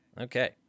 Okay